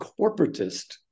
corporatist